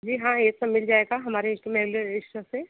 जी हाँ ये सब मिल जाएगा हमारे इस मेडिकल स्टोर से